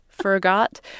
Forgot